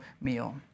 meal